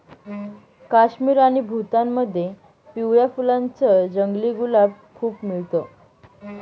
काश्मीर आणि भूतानमध्ये पिवळ्या फुलांच जंगली गुलाब खूप मिळत